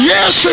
Yes